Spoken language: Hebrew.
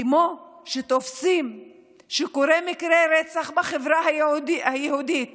כמו שתופסים כשקורה מקרה רצח בחברה היהודית